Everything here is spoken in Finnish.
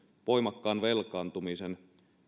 voimakkaan velkaantumisen